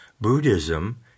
Buddhism